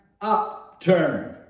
upturn